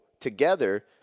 together